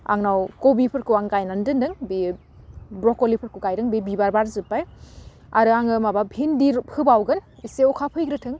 आंनाव कबिफोरखौ आं गायनानै दोनदों बियो ब्रक'लिफोरखौ गायदों बि बिबार बारजोबबाय आरो आङो माबा भिन्दि होबावगोन एसे अखा फैग्रोथों